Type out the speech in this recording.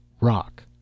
rock